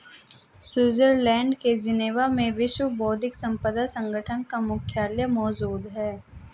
Switzerland के Geneva में विश्व बौद्धिक संपदा संगठन का मुख्यालय मौजूद है